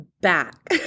back